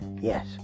Yes